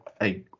hey